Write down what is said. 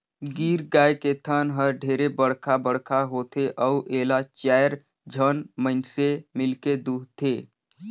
गीर गाय के थन हर ढेरे बड़खा बड़खा होथे अउ एला चायर झन मइनसे मिलके दुहथे